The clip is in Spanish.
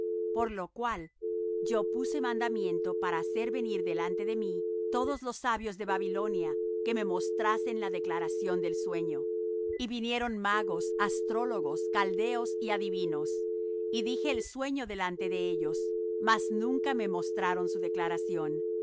por lo cual yo puse mandamiento para hacer venir delante de mí todos los sabios de babilonia que me mostrasen la declaración del sueño y vinieron magos astrólogos caldeos y adivinos y dije el sueño delante de ellos mas nunca me mostraron su declaración